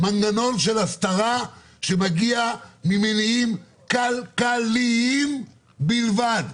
מנגנון של הסתרה שמגיע ממניעים כלכליים בלבד.